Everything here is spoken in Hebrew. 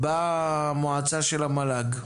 במועצה של המל"ג?